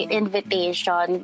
invitation